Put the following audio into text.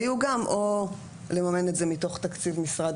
היו גם או לממן את זה מתוך תקציב משרד